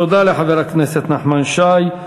תודה לחבר הכנסת נחמן שי.